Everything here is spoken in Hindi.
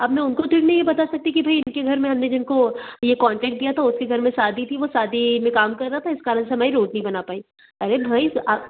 अब मैं उनको तो नई ये बता सकती कि भाई इनके घर में हमने जिनको ये कॉन्ट्रैक्ट दिया था उसके घर में शादी थी वो शादी में काम कर रहा था इस कारण से हमारी रोड नहीं बना पाई अरे भाई आप